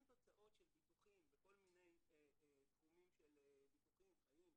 תוצאות של ביטוחים בכל מיני תחומים של ביטוחי חיים,